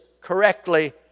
correctly